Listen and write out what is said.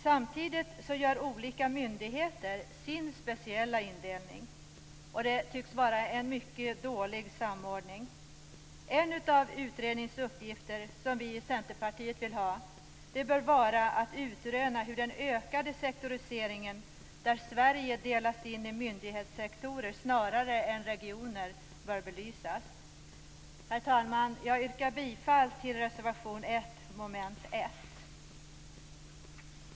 Samtidigt gör olika myndigheter sin speciella indelning, och det tycks vara en mycket dålig samordning. En uppgift som vi i Centerpartiet vill ge åt utredningen är att utröna hur den ökade sektoriseringen, där Sverige delas in i myndighetssektorer snarare än regioner, bör belysas. Herr talman! Jag yrkar bifall till reservation 1, under mom. 1.